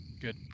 Good